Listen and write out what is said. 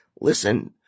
Listen